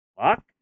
fuck